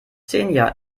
xenia